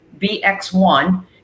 BX1